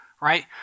right